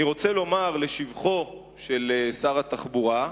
אני רוצה לומר לשבחו של שר התחבורה,